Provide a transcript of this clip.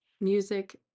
music